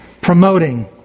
Promoting